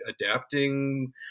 adapting